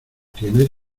tiene